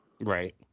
right